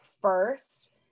first